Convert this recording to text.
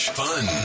fun